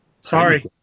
Sorry